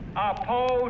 oppose